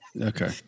okay